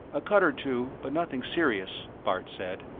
a cut or two, but nothing serious, bart said.